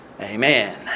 Amen